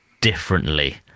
differently